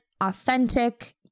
authentic